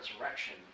resurrection